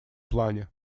плане